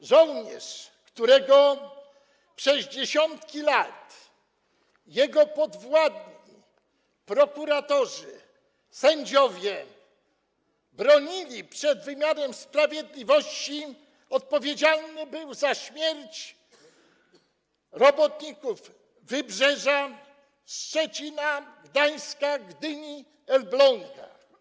Ten żołnierz, którego przez dziesiątki lat jego podwładni, prokuratorzy, sędziowie bronili przed wymiarem sprawiedliwości, odpowiedzialny był za śmierć robotników Wybrzeża, Szczecina, Gdańska, Gdyni, Elbląga.